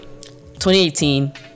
2018